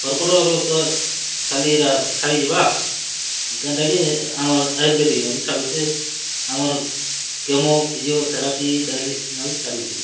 କର୍କଟ ରୋଗ୍ ତ ଖାଲି ଛାଡ଼ି ଯିବା କେନ୍ତା କି ଆମର ଆୟୁର୍ବେଦିକ୍ ନେ ଛାଡ଼ୁଛେ ଆମର୍ କେମୋ ଫିଜିଓଥେରାପି ଡାଇଲିସିସ୍ନେ ବି ଛାଡ଼ୁଛେ